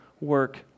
work